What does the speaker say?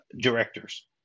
directors